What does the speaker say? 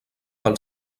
pel